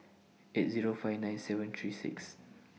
eight Zero five nine seven three six